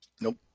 Nope